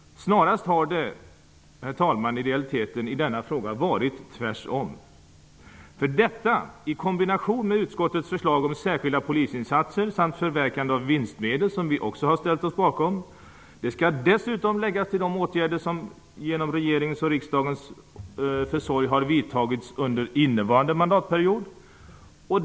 Snarast har det, herr talman, i realiteten varit tvärtom i denna fråga. Detta i kombination med utskottets förslag om särskilda polisinsatser samt förverkande av vinstmedel, som vi också har ställt oss bakom, skall dessutom läggas till de åtgärder som genom regeringens och riksdagens försorg har vidtagits under innevarande mandatperiod.